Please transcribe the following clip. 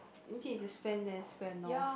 need to spend then spend lor